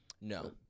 No